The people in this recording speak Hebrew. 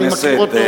אני מכיר אותו.